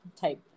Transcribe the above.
type